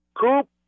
Coop